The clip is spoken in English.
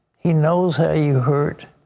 he knows how you hurt.